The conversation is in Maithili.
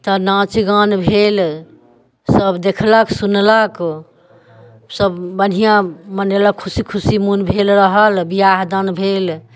तऽ नाँच गान भेल सब देखलक सुनलक सब बढ़िआँ मनेलक खुशी खुशी मन भेल रहल बिआह दान भेल